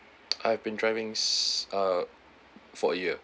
I've been driving s~ ah for a year